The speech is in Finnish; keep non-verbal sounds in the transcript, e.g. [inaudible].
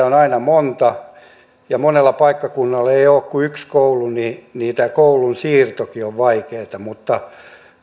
[unintelligible] on aina monta ja monella paikkakunnalla ei ole kuin yksi koulu eli tämä koulun siirtokin on vaikeata mutta